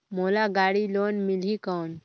मोला गाड़ी लोन मिलही कौन?